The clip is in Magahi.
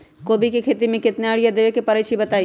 कोबी के खेती मे केतना यूरिया देबे परईछी बताई?